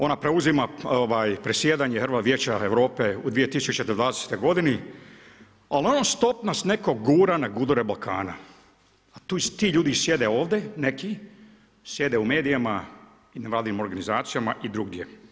Ona preuzima predsjedanje Vijeća Europa u 2020. godini ali non stop nas netko gura na gudure Balkana a ti ljudi sjede ovdje neki, sjede u medijima, nevladinim organizacijama i drugdje.